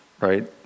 right